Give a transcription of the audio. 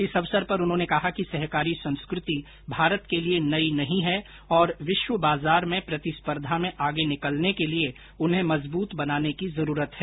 इस अवसर पर उन्होंने कहा कि सहकारी संस्कृति भारत के लिए नई नहीं है और विश्व बाजार में प्रतिस्पर्धा में आगे निकलने के लिए उन्हें मजबूत बनाने की जरूरत है